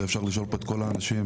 ואפשר לשאול פה את כל האנשים.